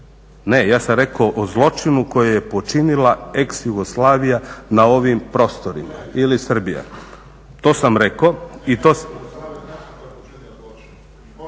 ne ja sam rekao o zločinu koji je počinila ex Jugoslavija na ovim prostorima, ili Srbija, to sam rekao